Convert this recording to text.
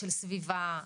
של סביבה,